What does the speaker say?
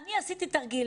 אני עשיתי תרגיל,